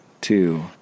two